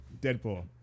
deadpool